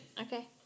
Okay